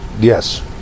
Yes